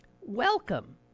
welcome